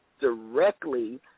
directly